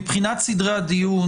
מבחינת סדרי הדיון.